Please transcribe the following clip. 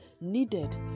needed